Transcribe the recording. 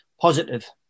positive